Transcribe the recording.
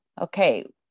Okay